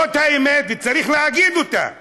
זאת האמת, וצריך להגיד אותה.